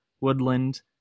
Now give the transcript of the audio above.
Woodland